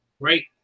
Great